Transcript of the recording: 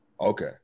Okay